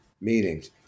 meetings